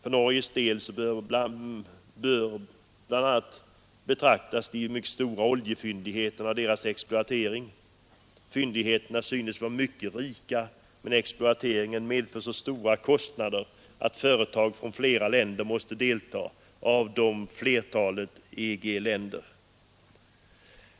För Norges del bör bl.a. beaktas de mycket stora oljefyndigheterna och deras exploatering. Fyndigheterna synes vara mycket rika, men exploateringen medför så stora kostnader att företag från flera länder måste delta, av dem flertalet EG-länder.